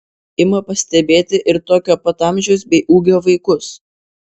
ima pastebėti ir tokio pat amžiaus bei ūgio vaikus